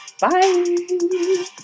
Bye